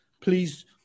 please